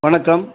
வணக்கம்